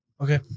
okay